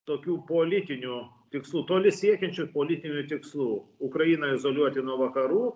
tokių politinių tikslų toli siekiančių politinių tikslų ukrainą izoliuoti nuo vakarų